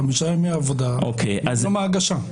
חמישה ימי עבודה מיום ההגשה.